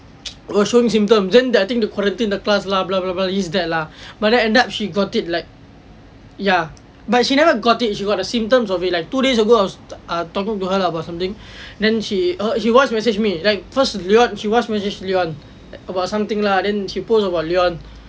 was showing symptoms then I think they quarantine the class lah blah blah blah this that lah but then end up she got it like ya but she never got it she got the symptoms of it like two days ago I I was talking to her lah about something then she err she voice message me err first leon she voice message leon about something lah then she post about leon